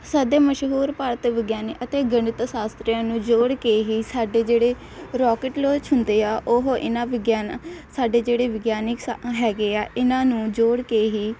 ਸਾਡੇ ਮਸ਼ਹੂਰ ਭਾਰਤ ਵਿਗਿਆਨੀ ਅਤੇ ਗਣਿਤ ਸ਼ਾਸਤ੍ਰੀਆਂ ਨੂੰ ਜੋੜ ਕੇ ਹੀ ਸਾਡੇ ਜਿਹੜੇ ਰੋਕਟ ਲੋਚ ਹੁੰਦੇ ਹਾਂ ਉਹ ਇਹਨਾਂ ਵਿਗਿਆਨ ਸਾਡੇ ਜਿਹੜੇ ਵਿਗਿਆਨੀ ਸ ਹੈਗੇ ਹਾਂ ਇਹਨਾਂ ਨੂੰ ਜੋੜ ਕੇ ਹੀ